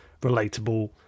relatable